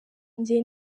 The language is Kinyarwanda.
njye